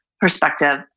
perspective